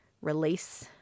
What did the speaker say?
release